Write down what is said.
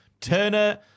Turner